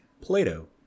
Plato